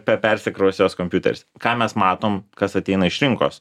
per persikraus jos kompiuteris ką mes matom kas ateina iš rinkos